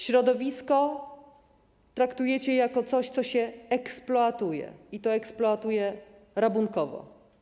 Środowisko traktujecie jak coś, co się eksploatuje, i to eksploatuje rabunkowo.